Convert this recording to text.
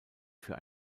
für